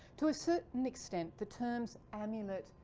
to a certain extent the terms amulet,